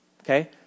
Okay